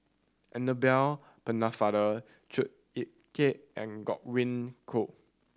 Annabel Pennefather Chua Ek Kay and Godwin Koay